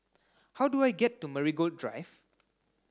how do I get to Marigold Drive